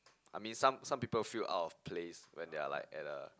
I mean some some people will feel out of place when they are like at a